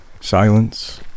Silence